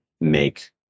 make